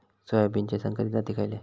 सोयाबीनचे संकरित जाती खयले?